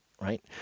right